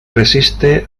resiste